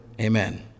Amen